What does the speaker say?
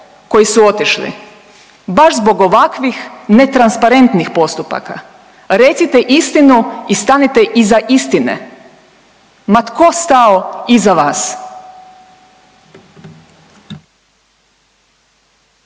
koji su otišli baš zbog ovakvih netransparentnih postupaka. Recite istinu i stanite iza istine, ma tko stao iza vas.